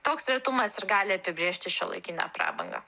toks retumas ir gali apibrėžti šiuolaikinę prabangą